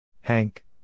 Hank